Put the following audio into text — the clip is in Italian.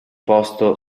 posto